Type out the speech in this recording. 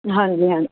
ਹਾਂਜੀ ਹਾਂਜੀ